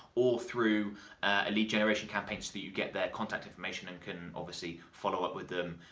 or through a lead generation campaigns that you get their contact information, and can obviously follow up with them,